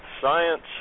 Science